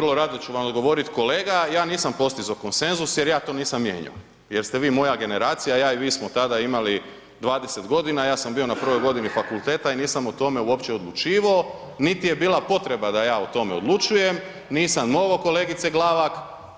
Vrlo rado ću vam odgovorit kolega, ja nisam postizo konsenzus jer ja to nisam mijenjao, jer ste vi moja generacija, ja i vi smo tada imali 20 godina, ja sam bio na prvoj godini fakulteta i nisam o tome uopće odlučivao niti je bila potreba da ja o tome odlučujem, nisam mogao kolegice Glavak,